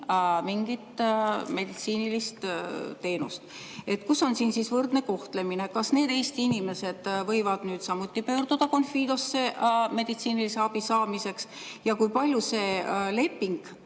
mingit meditsiinilist teenust. Kus on siin siis võrdne kohtlemine? Kas need Eesti inimesed võivad nüüd samuti pöörduda Confidosse meditsiinilise abi saamiseks? Kui palju siis